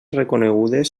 reconegudes